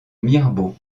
mirebeau